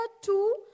two